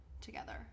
together